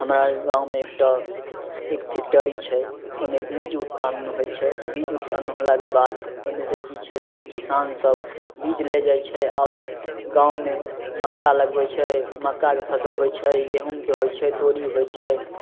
हमरा गाँवमे एकटा एक फैक्टरी छै ओहिमे बीज उत्पादन होइ छै बीज उत्पादन होलाके बाद ओहिमे से कि छै कि किसान सब बीज ले जाइ छै आओर गाँवमे मक्का लगबै छै मक्काके फसल होइ छै गेहूँके होइ छै तोड़ी होइ छै